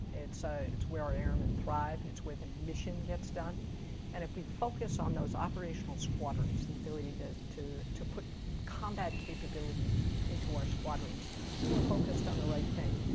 it's ah it's where our airmen thrive it's where the mission gets done and if we focus on those operational squadrons the ability to to put combat capability into our squadrons then we're focused on the right thing.